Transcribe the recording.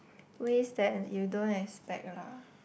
ways that you don't expect lah